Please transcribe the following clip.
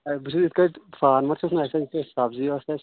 A بہٕ چھُس یِتھ کٲٹھۍ فارمَر چھُس نا اَسہِ ٲسۍ یِتھ کٔٹھۍ سبزی ٲس اَسہِ